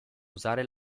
usare